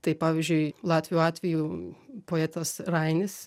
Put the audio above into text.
tai pavyzdžiui latvių atveju poetas rainis